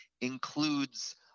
includes